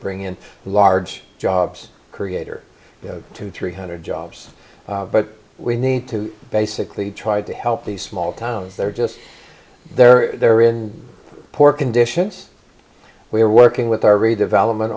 bring in large jobs creator to three hundred jobs but we need to basically tried to help these small towns they're just they're they're in poor conditions we're working with our redevelopment